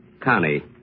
Connie